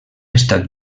estat